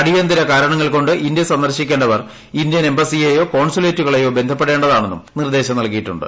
അടിയന്തിര കാരണങ്ങൾകൊണ്ട് ഇന്ത്യ സന്ദർശിക്കേണ്ടവർ ഇന്ത്യൻ എംബസിയെയോ കോൺസുലേറ്റുകളേയോ ബന്ധപ്പെടേണ്ടതാണെന്നും നിർദ്ദേശം നല്കിയിട്ടുണ്ട്